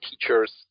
teachers